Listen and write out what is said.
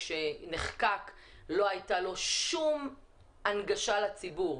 לא הייתה לו שום הנגשה לציבור.